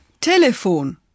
Telefon